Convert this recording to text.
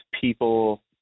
people